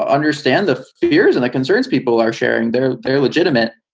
ah understand the fears and the concerns people are sharing. they're very legitimate.